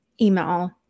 email